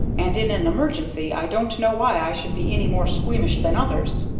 and in an emergency i don't know why i should be any more squeamish than others.